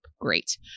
Great